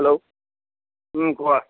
hello কোৱা